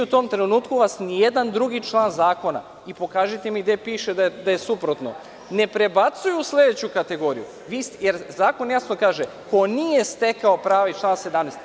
U tom trenutku vas ni jedan drugi član zakona, i pokažite mi gde piše da je suprotno, ne prebacuje u sledeću kategoriju, jer zakon jasno kaže – ko nije stekao pravo iz člana 17.